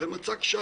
וכמו תמיד,